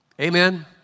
Amen